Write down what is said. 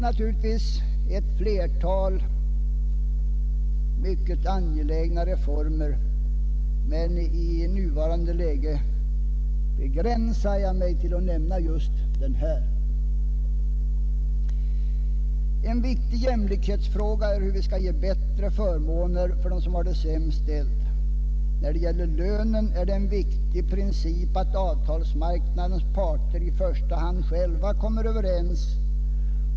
Naturligtvis är ett flertal reformer mycket angelägna, men i nuvarande läge begränsar jag mig till att nämna just pensionsfrågan. En viktig jämlikhetsfråga är hur vi skall ge bättre förmåner åt dem som har det sämst ställt. När det gäller löner och förmåner är det en väsentlig princip att avtalsmarknadens parter i första hand själva kommer överens.